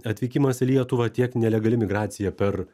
atvykimas į lietuvą tiek nelegali migracija per